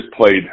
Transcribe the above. played